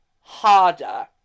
harder